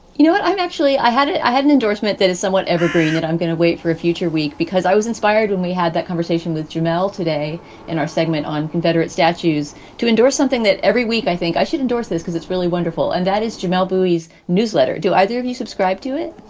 you know what? i'm actually i had i had an endorsement that is somewhat evergreen that i'm going to wait for a future week because i was inspired when we had that conversation with jamal today in our segment on confederate statues to endorse something that every week. i think i should endorse this because it's really wonderful. and that is jamelle bouie is newsletter. do either of you subscribe to it?